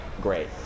great